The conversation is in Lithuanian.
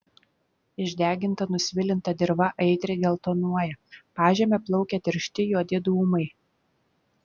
išdeginta nusvilinta dirva aitriai geltonuoja pažeme plaukia tiršti juodi dūmai